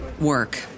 work